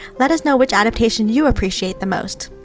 let us know which adaptation you appreciate the most.